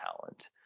talent